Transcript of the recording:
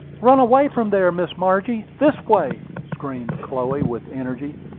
run away from there, miss margie! this way! screamed chloe, with energy.